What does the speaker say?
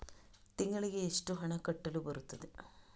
ತಿಂಗಳಿಗೆ ಎಷ್ಟು ಹಣ ಕಟ್ಟಲು ಬರುತ್ತದೆ?